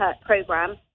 program